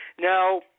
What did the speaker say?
Now